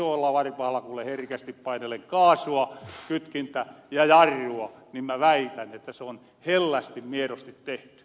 minä isoolla varpahalla kuule herkästi painelen kaasua kytkintä ja jarrua ja mä väitän että se on hellästi miedosti tehtyä